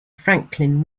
franklin